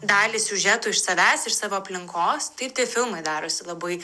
dalį siužetų iš savęs iš savo aplinkos taip tie filmai darosi labai